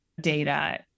data